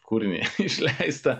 kūrinį išleistą